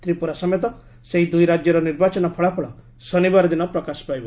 ତ୍ରିପୁରା ସମେତ ସେହି ଦୁଇ ରାଜ୍ୟର ନିର୍ବାଚନ ଫଳାଫଳ ଶନିବାର ଦିନ ପ୍ରକାଶ ପାଇବ